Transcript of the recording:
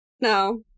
no